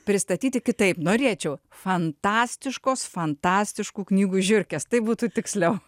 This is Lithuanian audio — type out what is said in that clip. pristatyti kitaip norėčiau fantastiškos fantastiškų knygų žiurkės taip būtų tiksliau